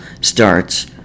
starts